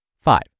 Five